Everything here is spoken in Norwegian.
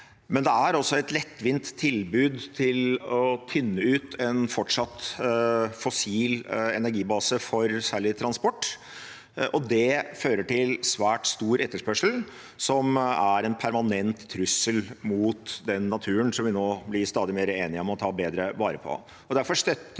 men det er også et lettvint tilbud til å tynne ut en fortsatt fossil energibase, særlig for transport, og det fører til en svært stor etterspørsel som er en permanent trussel mot den naturen som vi nå blir stadig mer enige om å ta bedre vare på.